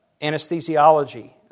anesthesiology